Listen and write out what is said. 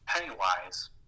Pennywise